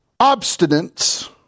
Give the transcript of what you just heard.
obstinance